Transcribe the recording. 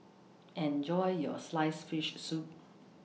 Enjoy your Sliced Fish Soup